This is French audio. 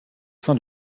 sein